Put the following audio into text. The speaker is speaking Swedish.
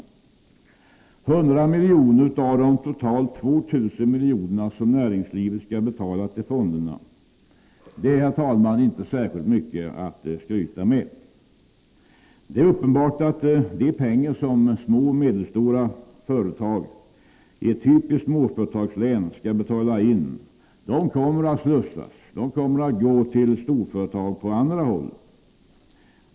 100 miljoner av de totalt 2 000 miljoner som näringslivet skall betala till fonderna är, herr talman, inte särskilt mycket att skryta med. Det är uppenbart att de pengar som små och medelstora företag i ett typiskt småföretagslän skall betala in, kommer att slussas över och gå till storföretag på andra håll.